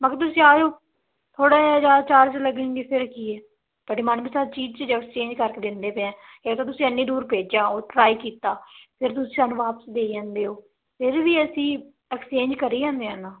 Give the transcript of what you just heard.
ਬਾਕੀ ਤੁਸੀਂ ਆ ਜਾਓ ਥੋੜ੍ਹਾ ਜਿਹਾ ਜ਼ਿਆਦਾ ਚਾਰਜ ਲੱਗਣਗੇ ਫਿਰ ਕੀ ਹੈ ਤੁਹਾਡੀ ਮਨਪਸੰਦ ਚੀਜ਼ 'ਚ ਜੋ ਐਕਸਚੇਂਜ ਕਰਕੇ ਦਿੰਦੇ ਪਏ ਹਾਂ ਇਹ ਤਾਂ ਤੁਸੀਂ ਇੰਨੀ ਦੂਰ ਭੇਜਿਆ ਉਹ ਟਰਾਈ ਕੀਤਾ ਫਿਰ ਤੁਸੀਂ ਸਾਨੂੰ ਵਾਪਸ ਦੇ ਜਾਂਦੇ ਹੋ ਫਿਰ ਵੀ ਅਸੀਂ ਐਕਸਚੇਂਜ ਕਰੀ ਜਾਂਦੇ ਹਾਂ ਨਾ